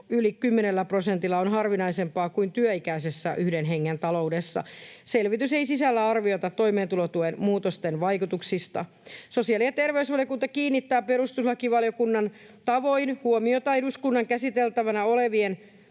prosentilla on harvinaisempaa kuin työikäisissä yhden hengen talouksissa. Selvitys ei sisällä arviota toimeentulotuen muutosten vaikutuksista. Sosiaali- ja terveysvaliokunta kiinnittää perustuslakivaliokunnan tavoin huomiota eduskunnan käsiteltävänä olevien